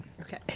Okay